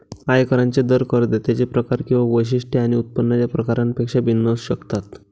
आयकरांचे दर करदात्यांचे प्रकार किंवा वैशिष्ट्ये आणि उत्पन्नाच्या प्रकारापेक्षा भिन्न असू शकतात